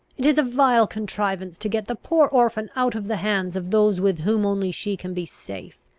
it is a vile contrivance to get the poor orphan out of the hands of those with whom only she can be safe.